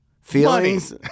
Feelings